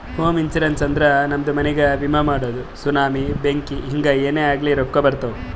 ಹೋಮ ಇನ್ಸೂರೆನ್ಸ್ ಅಂದುರ್ ನಮ್ದು ಮನಿಗ್ಗ ವಿಮೆ ಮಾಡದು ಸುನಾಮಿ, ಬೆಂಕಿ ಹಿಂಗೆ ಏನೇ ಆಗ್ಲಿ ರೊಕ್ಕಾ ಬರ್ತಾವ್